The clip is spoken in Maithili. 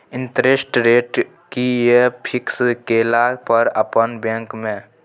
इंटेरेस्ट रेट कि ये फिक्स केला पर अपन बैंक में?